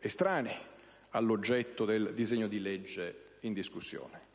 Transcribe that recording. estranei all'oggetto del disegno di legge in discussione.